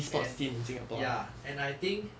and ya and I think